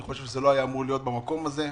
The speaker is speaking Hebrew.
אני חושב שזה לא אמור להיות במקום הזה.